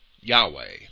Yahweh